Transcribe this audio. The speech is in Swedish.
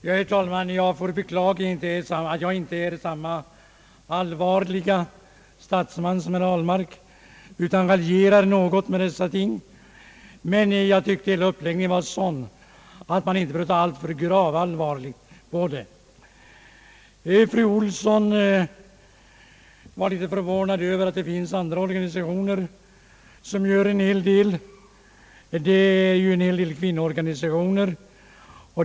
Herr talman! Jag får beklaga att jag inte är samma allvarliga statsman som herr Ahlmark, utan raljerar något med dessa ting. Jag tycker nämligen att uppläggningen av denna fråga var sådan att man inte behöver se alltför gravallvarligt på den. Fru Elvy Olsson var något förvånad över att det finns andra organisationer som uträttar en hel del, bl.a. en hel del kvinnoorganisationer.